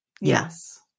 Yes